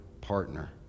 partner